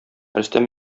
рөстәм